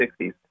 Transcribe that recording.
1960s